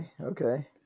okay